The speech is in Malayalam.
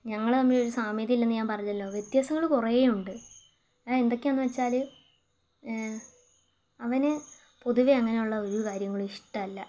ഞങ്ങള് തമ്മില് ഒരു സാമ്യതയില്ലെന്ന് ഞാൻ പറഞ്ഞല്ലോ വ്യത്യാസങ്ങള് കുറേയുണ്ട് അത് എന്തൊക്കെയാണ് വെച്ചാല് അവന് പൊതുവെ അങ്ങനെയുള്ള ഒരു കാര്യങ്ങളും ഇഷ്ടമല്ല